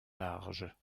larges